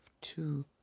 two